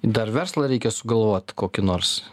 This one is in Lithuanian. ir dar verslą reikia sugalvot kokį nors